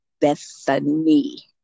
Bethany